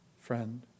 friend